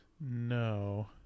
No